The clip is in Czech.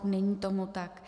Není tomu tak.